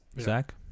Zach